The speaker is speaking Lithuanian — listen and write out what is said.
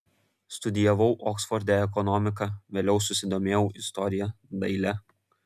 studijavau oksforde ekonomiką vėliau susidomėjau istorija daile